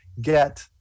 get